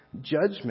judgment